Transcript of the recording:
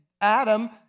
Adam